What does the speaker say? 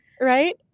right